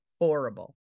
horrible